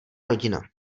rodina